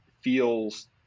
feels